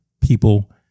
people